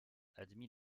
admit